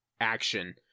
action